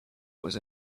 was